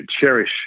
cherish